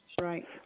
Right